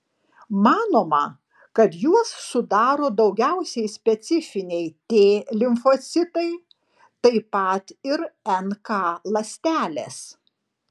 manoma kad juos sudaro daugiausiai specifiniai t limfocitai taip pat ir nk ląstelės